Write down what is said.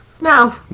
No